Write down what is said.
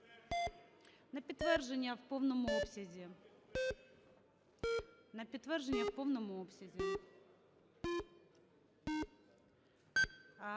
На підтвердження в повному обсязі. На підтвердження в повному обсязі.